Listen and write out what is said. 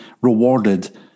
rewarded